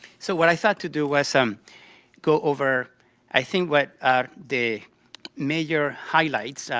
so what i thought to do was um go over i think what are the major highlights,